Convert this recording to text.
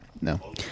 No